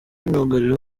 myugariro